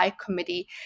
committee